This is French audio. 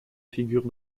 figure